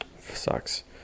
Sucks